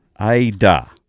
Ada